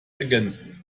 ergänzen